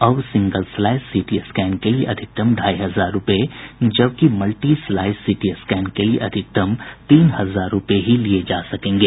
अब single slice CT scan के लिए अधिकतम ढाई हजार रूपये जबकि मल्टी स्लाईस सीटी स्कैन के लिए अधिकतम तीन हजार रूपये ही लिये जा सकेंगे